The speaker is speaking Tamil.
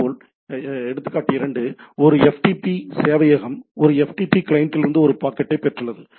இதேபோல் எடுத்துக்காட்டு இரண்டு ஒரு ftp சேவையகம் ஒரு ftp கிளையண்டிலிருந்து ஒரு பாக்கெட்டைப் பெற்றுள்ளது